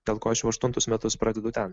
dėl ko aš jau aštuntus metus pradedu ten